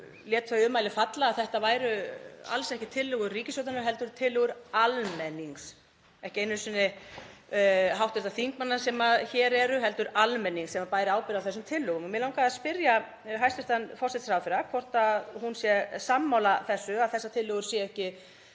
lét þau ummæli falla að þetta væru alls ekki tillögur ríkisstjórnarinnar heldur tillögur almennings, ekki einu sinni hv. þingmanna sem hér eru heldur almennings, sem bæri ábyrgð á þessum tillögum. Mig langar að spyrja hæstv. forsætisráðherra hvort hún sé sammála þessu, að þessar tillögur séu ekki